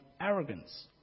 arrogance